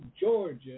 Georgia